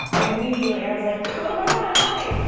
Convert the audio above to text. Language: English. and immediately i was like, oh, my god, hi.